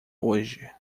hoje